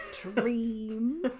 dream